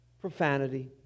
Profanity